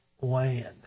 land